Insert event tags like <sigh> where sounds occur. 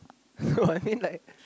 <laughs> no I mean like